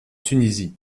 tunisie